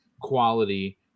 quality